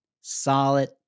solid